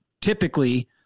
typically